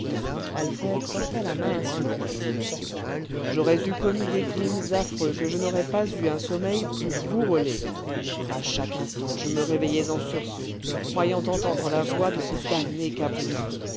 coeur j'aurais eu commis des crimes affreux que je n'aurais pas eu un sommeil plus bourrelé à chaque instant je me réveillais en sursaut croyant entendre la voix de ce damné cabrion